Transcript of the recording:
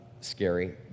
scary